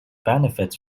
benefit